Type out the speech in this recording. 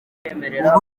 ubu